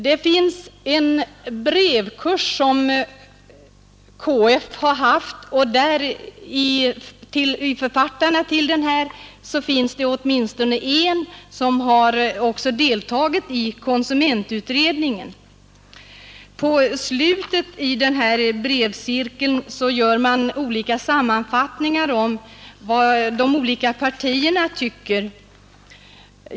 KF har haft en brevkurs i ämnet, och bland författarna till den fanns det åtminstone en som också deltog i konsumentutredningen. I slutet av denna brevkurs gör man olika sammanfattningar av vad de olika partierna tycker.